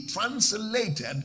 translated